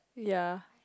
ya